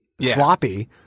sloppy